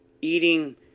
eating